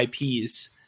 IPs